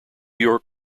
york